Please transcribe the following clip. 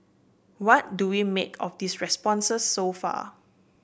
what do we make of these responses so far